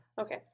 Okay